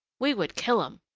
we would kill em.